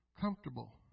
comfortable